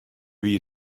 wie